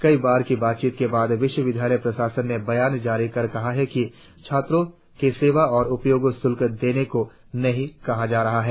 कई बार की बातचीत के बाद विश्वविद्यालय प्रशासन ने बयान जारी कर कहा है कि छात्रों के सेवा और उपयोग शुल्क देने को नहीं कहा जा रहा है